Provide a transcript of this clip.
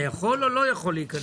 אתה יכול או לא יכול להיכנס?